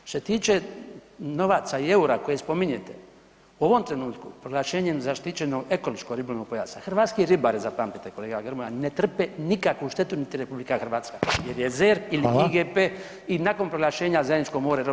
Što se tiče novaca i eura koje spominjete u ovom trenutku proglašenjem zaštićenog ekološkog ribolovnog pojasa hrvatski ribari zapamtite kolega Grmoja ne trpe nikakvu štetu niti Republika Hrvatska jer je ZERP ili IGP i nakon proglašenja zajedničko more EU.